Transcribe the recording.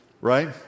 right